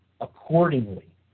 accordingly